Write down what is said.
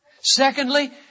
Secondly